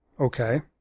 Okay